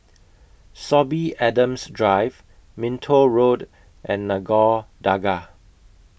Sorby Adams Drive Minto Road and Nagore Dargah